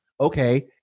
okay